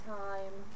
time